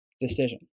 decision